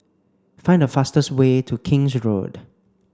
find the fastest way to King's Road